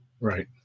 Right